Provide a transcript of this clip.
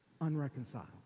unreconciled